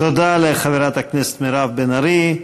תודה לחברת הכנסת מירב בן ארי.